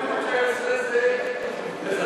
אתה קורא לזה לזרז?